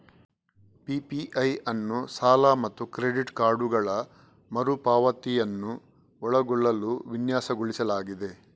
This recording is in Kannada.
ಪಿ.ಪಿ.ಐ ಅನ್ನು ಸಾಲ ಮತ್ತು ಕ್ರೆಡಿಟ್ ಕಾರ್ಡುಗಳ ಮರು ಪಾವತಿಯನ್ನು ಒಳಗೊಳ್ಳಲು ವಿನ್ಯಾಸಗೊಳಿಸಲಾಗಿದೆ